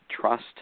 trust